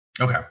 Okay